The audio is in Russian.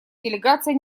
делегация